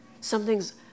Something's